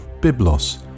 Biblos